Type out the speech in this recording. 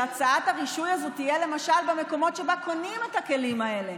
שהצעת הרישוי הזו תהיה למשל במקומות שבהם קונים את הכלים האלה.